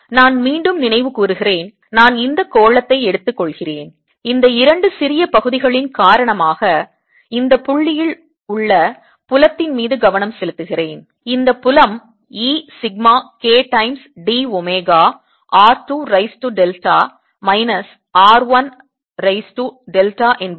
நான் மீண்டும் நினைவுகூருகிறேன் நான் இந்த கோளத்தை எடுத்துக்கொள்கிறேன் இந்த இரண்டு சிறிய பகுதிகளின் காரணமாக இந்த புள்ளியில் உள்ள புலத்தின் மீது கவனம் செலுத்துகிறேன் இந்த புலம் E sigma k times d omega r 2 raise to delta minus r 1 raise to delta என்பதை கண்டுபிடித்தேன்